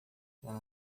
ela